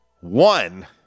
one